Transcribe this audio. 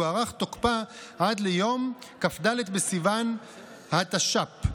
הוארך תוקפה עד ליום כ"ד בסיוון התש"ף,